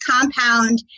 compound